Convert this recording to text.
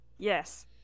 Yes